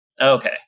Okay